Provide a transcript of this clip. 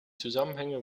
zusammenhänge